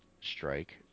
strike